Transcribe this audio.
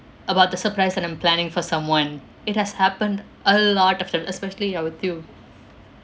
about the surprise that I'm planning for someone it has happened a lot of time especially ya with you